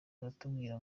baratubwira